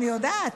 אני יודעת.